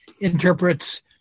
interprets